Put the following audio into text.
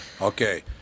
Okay